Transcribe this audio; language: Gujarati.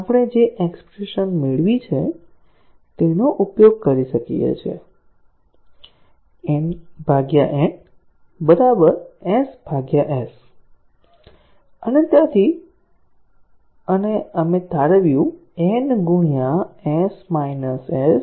આપણે જે એક્ષ્પ્રેશન મેળવી છે તેનો ઉપયોગ કરી શકીએ છીએ n N s S અને ત્યાંથી અને આપણે તારવ્યું n s